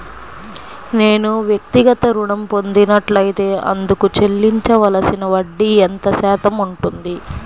నేను వ్యక్తిగత ఋణం పొందినట్లైతే అందుకు చెల్లించవలసిన వడ్డీ ఎంత శాతం ఉంటుంది?